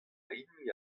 hini